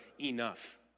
enough